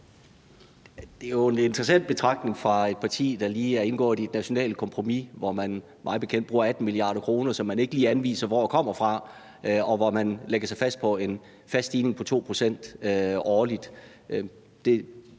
Det er jo en interessant betragtning fra et parti, der lige er indgået i et nationalt kompromis, hvor man mig bekendt bruger 18 mia. kr., som man ikke lige anviser hvor kommer fra, og hvor man lægger sig fast på en fast stigning på 2 pct. årligt.